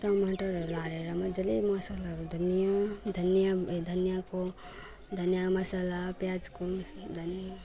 टमाटरहरू हालेर मजाले मसलाहरू धनियाँ धनियाँ धनियाँको धनियाँ मसला प्याजको धनियाँ